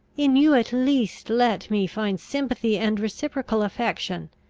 in you at least let me find sympathy and reciprocal affection!